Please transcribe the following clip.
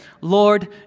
Lord